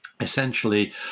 essentially